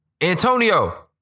Antonio